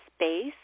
space